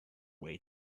way